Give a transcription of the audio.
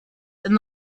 and